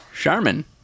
Charmin